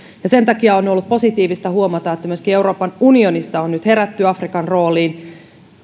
ja sen takia on on ollut positiivista huomata että myöskin euroopan unionissa on nyt herätty afrikan rooliin